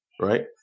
right